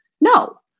No